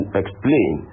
explain